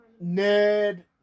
Ned